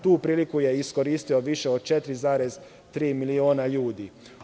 Tu priliku je iskoristilo više od 4,3 miliona ljudi.